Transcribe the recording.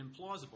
implausible